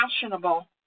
fashionable